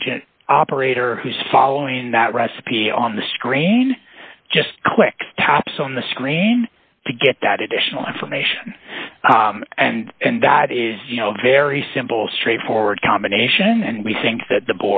in which an operator who's following that recipe on the screen just clicks tops on the screen to get that additional information and and that is you know very simple straightforward combination and we think that the